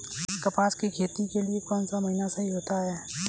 कपास की खेती के लिए कौन सा महीना सही होता है?